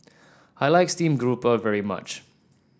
I like Steamed Garoupa very much